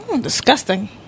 Disgusting